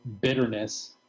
bitterness